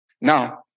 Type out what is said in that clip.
Now